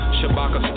Shabaka